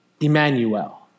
Emmanuel